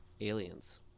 aliens